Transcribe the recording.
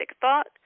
thought